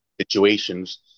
situations